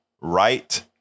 right